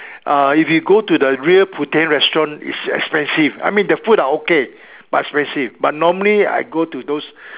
uh if you go to the real Putien restaurant is expensive I mean the food are okay but expensive but normally I go to those